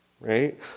right